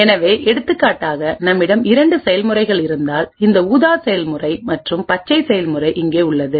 எனவே எடுத்துக்காட்டாக நம்மிடம் இரண்டு செயல்முறைகள் இருந்தால் இந்த ஊதா செயல்முறை மற்றும் பச்சை செயல்முறை இங்கே உள்ளது